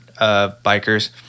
bikers